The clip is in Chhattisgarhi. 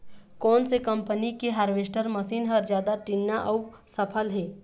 कोन से कम्पनी के हारवेस्टर मशीन हर जादा ठीन्ना अऊ सफल हे?